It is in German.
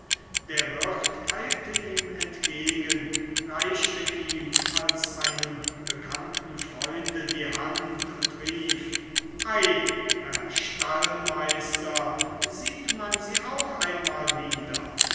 der wirt eilte ihm entgegen reichte ihm als einem bekannten freunde die hand und rief ei herr stallmeister sieht man sie auch einmal wieder